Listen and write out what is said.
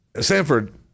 Sanford